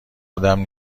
ادم